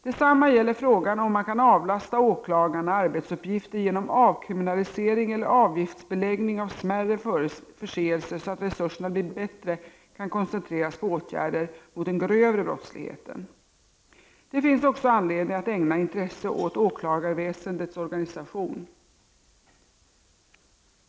Detsamma gäller frågan om man kan avlasta åklagarna arbetsuppgifter genom avkriminalisering eller avgiftsbeläggning av smärre förseelser så att resurserna bättre kan koncentreras på åtgärder mot den grövre brottsligheten. Det finns också anledning att ägna intresse åt åklagarväsendets organisation.